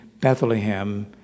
Bethlehem